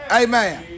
amen